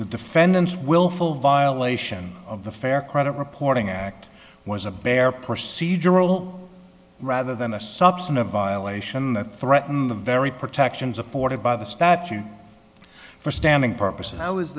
the defendant's willful violation of the fair credit reporting act was a bare procedural rather than a substantive violation that threaten the very protections afforded by the statute for standing purposes how is